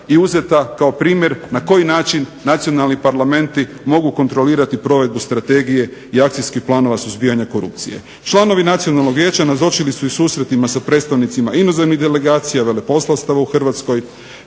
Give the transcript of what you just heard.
i uzeta kao primjer na koji način nacionalni parlamenti mogu kontrolirati provedbu strategije i akcije planova suzbijanja korupcije. Članovi nacionalnog vijeća nazočili su i susretima sa predstavnicima inozemnih delegacija, veleposlanstava u Hrvatskoj,